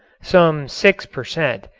some six per cent,